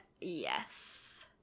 Yes